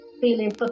feeling